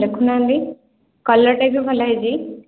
ଦେଖୁନାହାଁନ୍ତି କଲରଟା ବି ଭଲ ହେଇଛି